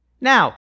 Now